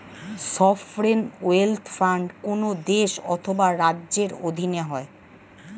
sovereign wealth fund কোন দেশ অথবা রাজ্যের অধীনে হয়